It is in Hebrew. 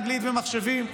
אנגלית ומחשבים,